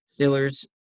Steelers